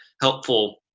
helpful